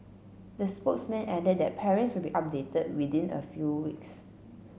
the spokesman added that parents will be updated within a few weeks